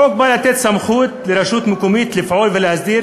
החוק בא לתת סמכות לרשות מקומית לפעול ולהסדיר